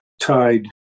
tied